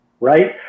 Right